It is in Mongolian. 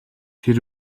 тэр